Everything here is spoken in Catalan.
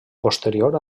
posterior